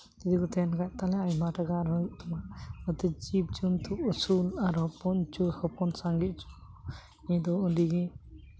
ᱡᱩᱫᱤ ᱠᱚ ᱛᱟᱦᱮᱱ ᱠᱷᱟᱱ ᱛᱟᱦᱚᱞᱮ ᱟᱭᱢᱟ ᱴᱟᱠᱟ ᱟᱨᱚ ᱦᱩᱭᱩᱜ ᱛᱟᱢᱟ ᱱᱚᱛᱮ ᱡᱤᱵᱽᱼᱡᱚᱱᱛᱩ ᱟᱹᱥᱩᱞ ᱟᱨ ᱦᱚᱯᱚᱱ ᱦᱚᱪᱚ ᱦᱚᱯᱚᱱ ᱥᱟᱸᱜᱮ ᱦᱚᱪᱚ ᱱᱤᱭᱟᱹᱫᱚ ᱟᱹᱰᱤᱜᱮ